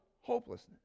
hopelessness